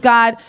God